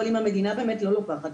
אבל אם המדינה לא לוקחת,